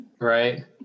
Right